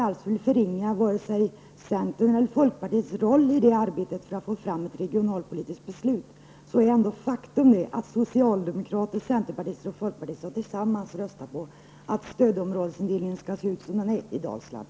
Utan att vilja förringa vare sig centerns eller folkpartiets roll i arbetet på att få fram ett regionalpolitiskt beslut vill jag ändå säga att det är ett faktum att socialdemokrater, centerpartister och folkpartister tillsamman röstade för att stödområdesindelningen skulle få det utseende som den nu har i Dalsland.